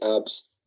abs